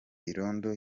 irondo